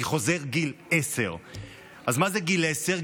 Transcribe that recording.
אני חוזר: גיל עשר.